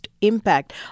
impact